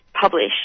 published